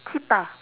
cheetah